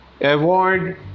avoid